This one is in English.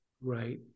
Right